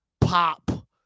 pop